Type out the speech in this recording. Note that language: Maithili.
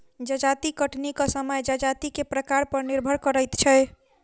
जजाति कटनीक समय जजाति के प्रकार पर निर्भर करैत छै